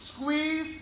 squeeze